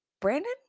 Brandon